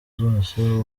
zose